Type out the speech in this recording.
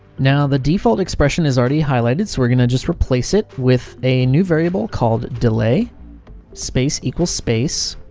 now, the default expression is already highlighted, so we're going to just replace it with a new variable called delay space, equals, space,